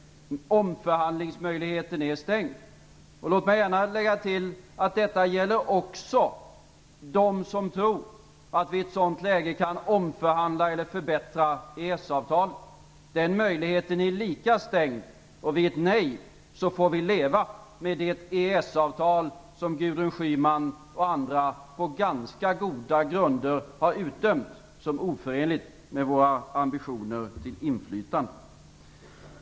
Omförhandlingsmöjligheten är stängd. Låt mig gärna tillägga att detta gäller också de som tror att vi i ett sådant läge kan omförhandla eller förbättra EES avtalet. Den möjligheten är lika stängd. Vid ett nej får vi leva med det EES-avtal som Gudrun Schyman och andra på ganska goda grunder har utdömt som oförenligt med våra ambitioner till inflytande.